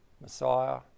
Messiah